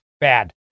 bad